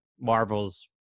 Marvel's